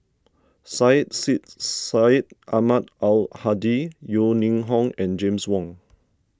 Syed Sheikh Syed Ahmad Al Hadi Yeo Ning Hong and James Wong